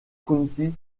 county